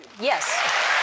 yes